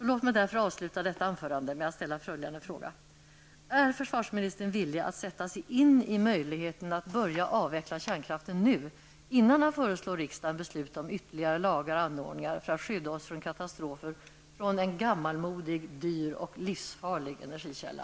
Låt mig därför avsluta detta anförande med att ställa följande fråga: Är försvarsministern villig att sätta sig in i möjligheterna att börja avveckla kärnkraften nu, innan han föreslår riksdagen besluta om ytterligare lagar och anordningar för att skydda oss för katastrofer från en gammalmodig, dyr och livsfarlig energikälla?